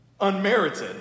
unmerited